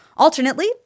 Alternately